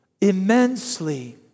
immensely